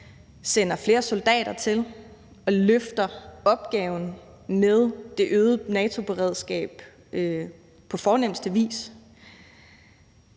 sender flere soldater til, og hvor man løfter opgaven med det øgede NATO-beredskab på fornemste vis.